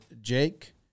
Jake